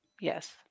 Yes